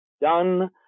done